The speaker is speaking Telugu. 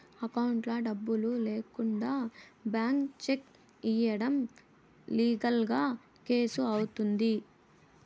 అకౌంట్లో డబ్బులు లేకుండా బ్లాంక్ చెక్ ఇయ్యడం లీగల్ గా కేసు అవుతుంది